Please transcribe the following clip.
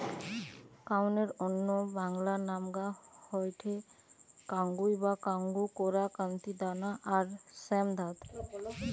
কাউনের অন্য বাংলা নামগা হয়ঠে কাঙ্গুই বা কাঙ্গু, কোরা, কান্তি, দানা আর শ্যামধাত